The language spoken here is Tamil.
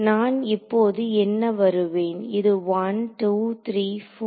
நான் இப்போது என்ன வருவேன் இது 1 2 3 4